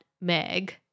Meg